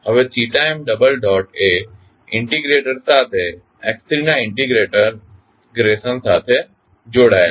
હવે m એ integrator સાથે x3 ના ઇન્ટિગ્રેશન સાથે જોડાયેલ છે